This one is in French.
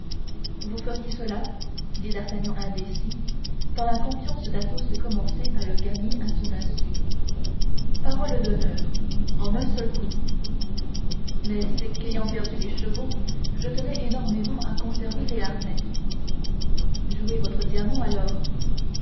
vous feriez cela dit d'artagnan indécis tant la confiance d'athos commençait à le gagner à son insu parole d'honneur en un seul coup mais c'est qu'ayant perdu les chevaux je tenais énormément à conserver les harnais jouez votre diamant alors